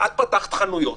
את פתחת חנויות.